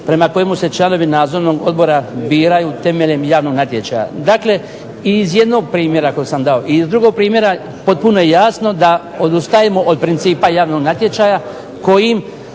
prema kojemu se članovi nadzornog odbora biraju temeljem javnog natječaja. Dakle, i iz jednog primjera koji sam dao i iz drugog primjera potpuno je jasno da odustajemo od principa javnog natječaja kojim